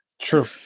true